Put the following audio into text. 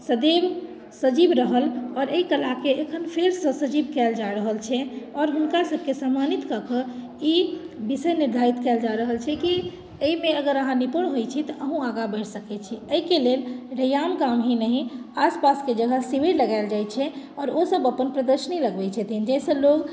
सदैव सजीव रहल आओर एहि कलाके एखन फेरसँ सजीव कयल जा रहल छै आओर हुनकासभके सम्मानित कऽ कऽ ई विषय निर्धारित कयल जा रहल छै कि एहिमे अगर अहाँ निपुण होइत छी तऽ अहूँ आगाँ बढ़ि सकैत छी एहिके लेल रैयाम गाम ही नहि आस पासके जगह शिविर लगायल जाइत छै आओर ओ सभ अपन प्रदर्शनी लगबैत छथिन जाहिसँ लोक